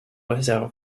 réserve